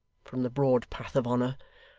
from the broad path of honour,